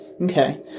Okay